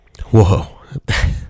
Whoa